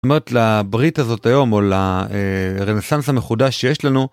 מות‫, לברית הזאת היום ‫או לרנסאנס המחודש שיש לנו,